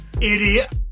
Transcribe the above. idiot